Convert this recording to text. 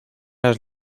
las